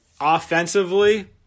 offensively